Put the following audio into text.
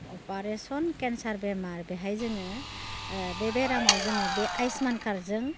operation केनसार बेमार बेहाय जोङो बे बेरामाव जोङो बे आयुष्मान कार्टजों